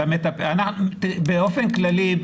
באופן כללי,